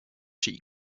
she